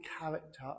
character